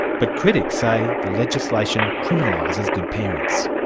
but critics say the legislation criminalises good parents.